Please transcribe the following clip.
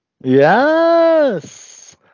Yes